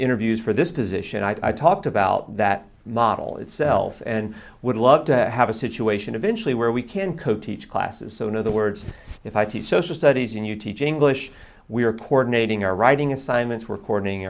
interviews for this position i talked about that model itself and would love to have a situation eventually where we can code teach classes so in other words if i teach social studies and you teach english we were coronating our writing assignments were cordoning